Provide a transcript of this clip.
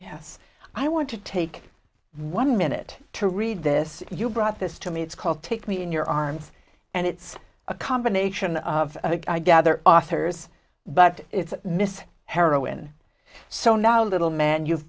yes i want to take one minute to read this you brought this to me it's called take me in your arms and it's a combination of i gather authors but it's miss heroin so now little man you've